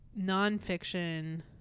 nonfiction